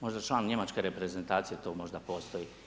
Možda član njemačke reprezentacije to možda postoji.